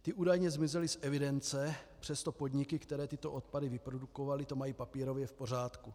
Ty údajně zmizely z evidence, přesto podniky, které tyto odpady vyprodukovaly, to mají papírově v pořádku.